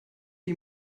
die